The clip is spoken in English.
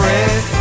Red